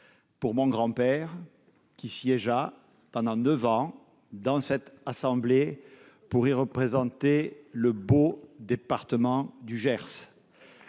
pour mon grand-père, qui siégea pendant neuf ans dans cette assemblée, où il représenta le beau département du Gers.